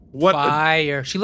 Fire